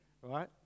right